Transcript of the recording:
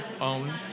own